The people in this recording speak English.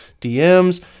DMs